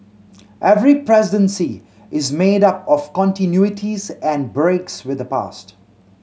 every presidency is made up of continuities and breaks with the past